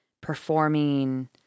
performing